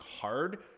hard